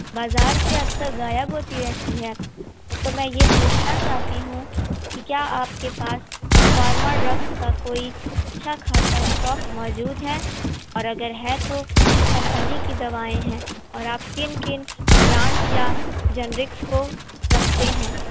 بازار سے اکثر غائب ہوتی رہتی ہے تو میں یہ پوچھنا چاہتی ہوں کہ کیا آپ کے پاس فارما ڈرگس کا کوئی اچھا خاصا اسٹاک موجود ہے اور اگر ہے تو کس کمپنی کی دوائیں ہیں اور آپ کن کن برانڈس یا جنرکس کو رکھتے ہیں